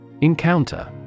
Encounter